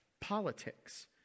politics